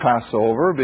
Passover